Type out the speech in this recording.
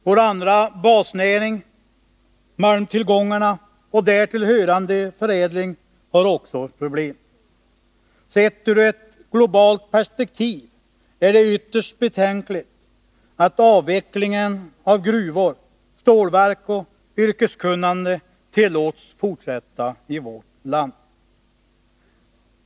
Vår andra basnäring, malmtillgångarna och därtill hörande förädling, har också problem. Sett ur ett globalt perspektiv är det ytterst betänkligt att avvecklingen av gruvor, stålverk och yrkeskunnande tillåts fortsätta i vårt land.